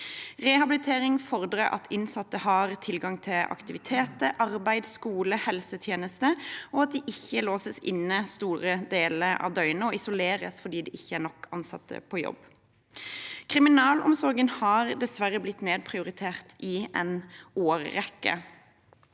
Rehabilitering fordrer at innsatte har tilgang til aktiviteter, arbeid, skole og helsetjenester, og at de ikke låses inn store deler av døgnet og isoleres fordi det ikke er nok ansatte på jobb. Kriminalomsorgen har dessverre blitt nedprioritert i en årrekke,